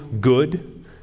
good